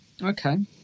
Okay